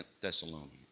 Thessalonians